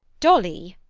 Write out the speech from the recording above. dolly!